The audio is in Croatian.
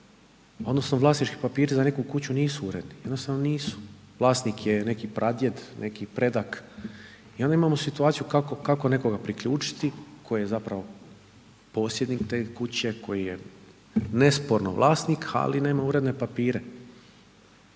odnosno vlasnički papiri za neku kuću nisu uredni, jednostavno nisu. Vlasnik je neki pradjed, neki predak. I onda imamo situaciju kako nekoga priključiti tko je zapravo posjednik te kuće, koji je nesporno vlasnik ali nema uredne papire.